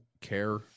care